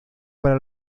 para